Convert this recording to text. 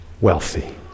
wealthy